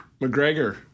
McGregor